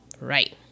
Right